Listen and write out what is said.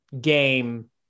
game